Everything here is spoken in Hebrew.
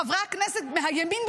חברי הכנסת מהימין,